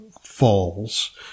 falls